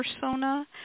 persona